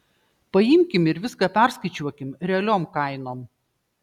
paimkim ir viską perskaičiuokim realiom kainom